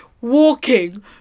walking